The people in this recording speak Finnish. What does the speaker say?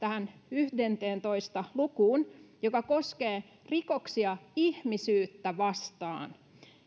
yhteentoista lukuun joka koskee rikoksia ihmisyyttä vastaan